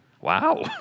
Wow